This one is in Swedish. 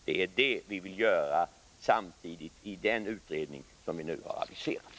Den frågan vill vi också arbeta med i den utredning som vi nu har aviserat.